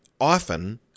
often